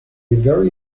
very